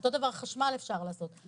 אותו דבר אפשר לעשות בחשמל.